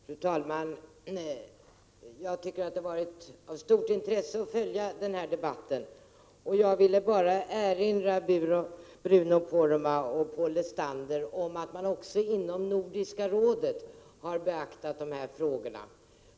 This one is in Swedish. Fru talman! Jag tycker att det har varit av stort intresse att följa denna debatt, och jag vill bara erinra Bruno Poromaa och John Andersson om att man även inom Nordiska rådet har beaktat dessa frågor.